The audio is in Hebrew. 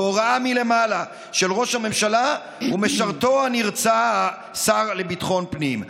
בהוראה מלמעלה של ראש הממשלה ומשרתו הנרצע השר לביטחון הפנים.